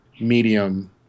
medium